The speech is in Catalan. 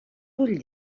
vull